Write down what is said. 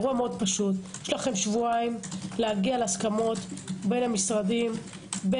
יש לכם שבועיים להגיע להסכמות בין המשרדים.